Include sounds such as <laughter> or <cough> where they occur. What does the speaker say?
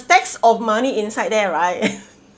stacks of money inside there right <laughs>